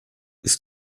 ist